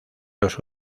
los